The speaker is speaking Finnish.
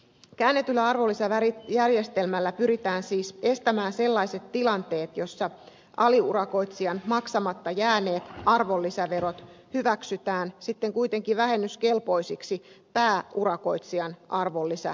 käännetyllä arvonlisäverojärjestelmällä pyritään siis estämään sellaiset tilanteet joissa aliurakoitsijan maksamatta jääneet arvonlisäverot hyväksytään kuitenkin vähennyskelpoisiksi pääurakoitsijan arvonlisäverotuksessa